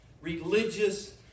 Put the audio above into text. religious